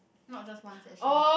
not just one session